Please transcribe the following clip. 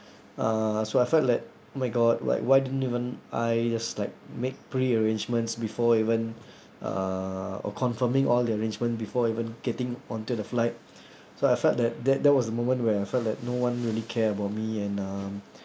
uh so I felt that oh my god like why didn't even I just like make pre-arrangements before even uh or confirming all the arrangement before even getting onto the flight so I felt that that that was the moment where I felt that no one really care about me and um